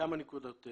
כמה נקודות.